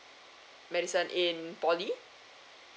medicine in poly